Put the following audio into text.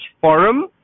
forum